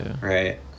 Right